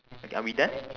okay are we done